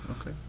Okay